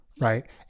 Right